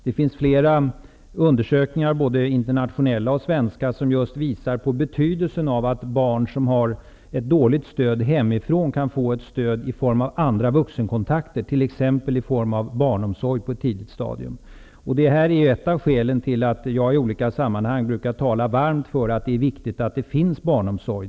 Det finns flera undersökningar, både internationella och svenska, som just visar betydelsen av att barn som har ett dåligt stöd hemifrån får ett stöd i form av andra vuxenkontakter, t.ex. i form av barnomsorg på tidigt stadium. Det här är ett av skälen till att jag i olika sammanhang brukar tala varmt om hur viktigt det är att det finns barnomsorg.